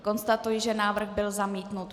Konstatuji, že návrh byl zamítnut.